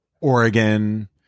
Oregon